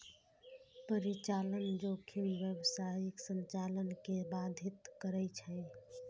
परिचालन जोखिम व्यावसायिक संचालन कें बाधित करै छै